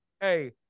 Hey